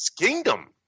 kingdom